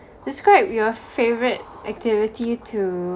describe your favourite activity to